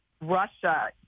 Russia